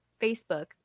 facebook